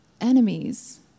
enemies